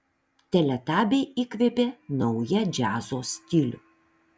teletabiai įkvėpė naują džiazo stilių